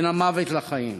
בין המוות לחיים.